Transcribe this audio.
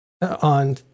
on